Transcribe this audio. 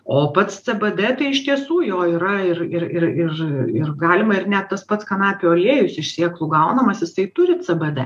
o pats cbd tai iš tiesų jo yra ir ir ir ir ir galima ir net tas pats kanapių aliejus iš sėklų gaunamas jisai turi cbd